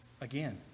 Again